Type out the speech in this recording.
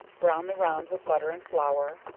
brown the round with butter and flour,